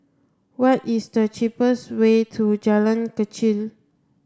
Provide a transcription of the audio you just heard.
what is the cheapest way to Jalan Kechil